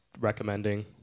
recommending